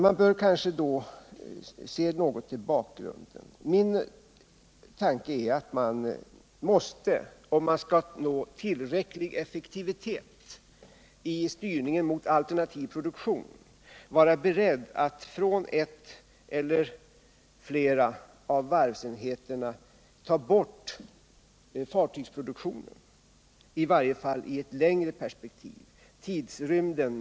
Man bör då se något på bakgrunden. Min tanke är att man, om man skall nå tillräcklig effektivitet i styrningen mot alternativ produktion, måste vara beredd att ta bort fartygsproduktionen från ett eller flera av varvsenheterna, i varje fall i ett längre perspektiv.